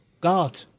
God